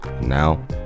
Now